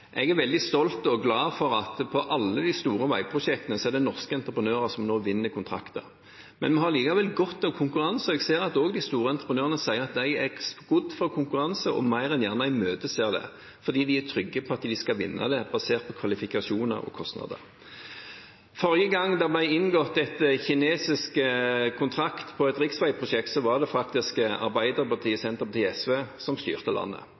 Jeg er veldig stolt av og glad for at på alle de store veiprosjektene er det norske entreprenører som nå vinner kontrakter. Vi har likevel godt av konkurranse. Jeg ser at også de store entreprenørene sier at de er skodd for konkurranse og mer enn gjerne imøteser det, fordi de er trygge på at de skal vinne, basert på kvalifikasjoner og kostnader. Forrige gang det ble inngått en kinesisk kontrakt på et riksveiprosjekt, var det faktisk Arbeiderpartiet, Senterpartiet og SV som styrte landet.